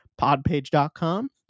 podpage.com